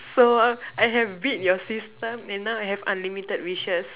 so I have beat your system and now I have unlimited wishes